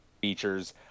features